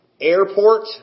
airport